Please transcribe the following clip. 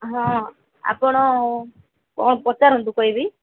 ହଁ ଆପଣ କ'ଣ ପଚାରନ୍ତୁ କହିବି